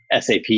sap